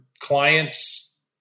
clients